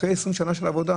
אחרי 20 שנה של עבודה,